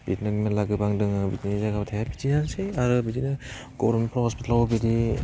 बिदिनो मेरला गोबां दोङो बिदिनि जायगायाव थाया बिदिआनोसै आरो बिदिनो गरमफ्राव हस्पितालाव बिदि